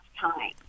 time